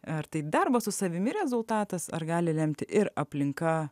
ar tai darbo su savimi rezultatas ar gali lemti ir aplinka